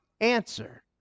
answer